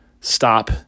stop